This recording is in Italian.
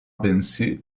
bensì